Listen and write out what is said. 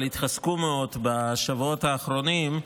אבל התחזקו מאוד בשבועות האחרונים,